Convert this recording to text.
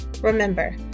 Remember